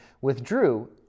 withdrew